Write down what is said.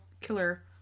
killer